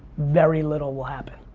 very little will happen.